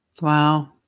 Wow